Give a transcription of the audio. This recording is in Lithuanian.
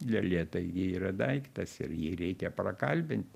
lėlė taigi yra daiktas ir jį reikia prakalbint